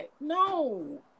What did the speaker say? No